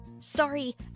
Sorry